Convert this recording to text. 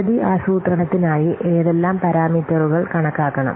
പദ്ധതി ആസൂത്രണത്തിനായി ഏതെല്ലാം പാരാമീറ്ററുകൾ കണക്കാക്കണം